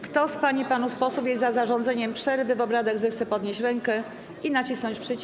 Kto z pań i panów posłów jest za zarządzeniem przerwy w obradach, zechce podnieść rękę i nacisnąć przycisk.